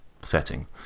setting